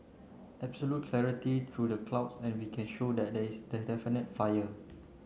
absolute clarity through the clouds and we can show that there is definitely a fire